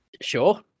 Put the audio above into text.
sure